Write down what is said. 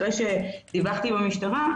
אחרי שדיווחתי במשטרה,